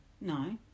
no